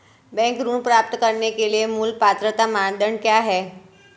Bank ऋण प्राप्त करने के लिए मूल पात्रता मानदंड क्या हैं?